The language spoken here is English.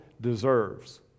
deserves